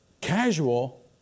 Casual